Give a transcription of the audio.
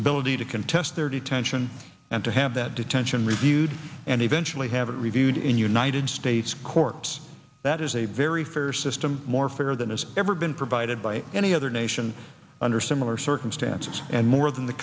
ability to contest their detention and to have that detention reviewed and eventually have it reviewed in united states courts that is a very fair system more fair than has ever been provided by any other nation under similar circumstances and more than the